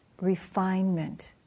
refinement